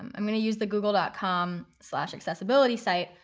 i'm going to use the google dot com slash accessibility site.